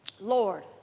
Lord